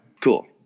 Cool